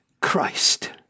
Christ